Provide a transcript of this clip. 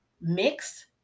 mix